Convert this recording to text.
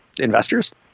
investors